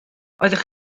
oeddech